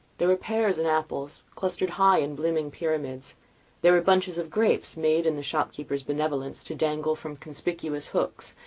there were pears and apples, clustered high in blooming pyramids there were bunches of grapes, made, in the shopkeepers' benevolence to dangle from conspicuous hooks,